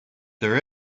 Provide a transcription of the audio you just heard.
there